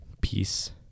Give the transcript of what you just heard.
peace